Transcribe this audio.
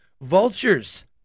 Vultures